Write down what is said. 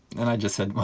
and i just said, well,